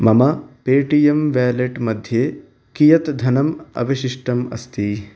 मम Paytm wallet मध्ये कियत् धनम् अवशिष्टम् अस्ति